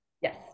Yes